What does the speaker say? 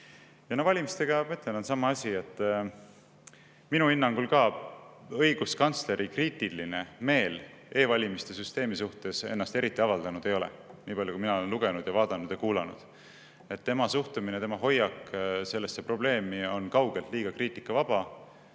et valimistega on sama asi. Minu hinnangul samuti õiguskantsleri kriitiline meel e‑valimiste süsteemi suhtes ennast eriti avaldanud ei ole, nii palju kui mina olen lugenud ja vaadanud ja kuulanud. Õiguskantsleri hoiak ja suhtumine sellesse probleemi on kaugelt liiga kriitikavaba.